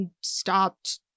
stopped